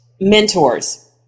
mentors